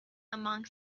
among